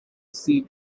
seed